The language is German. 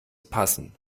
passen